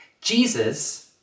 Jesus